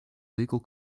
legal